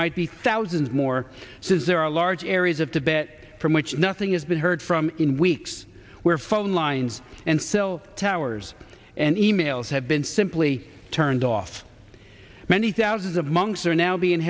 might be thousands more says there are large areas of tibet from which nothing has been heard from in weeks where phone lines and cell towers and e mails have been simply turned off many thousands of monks are now being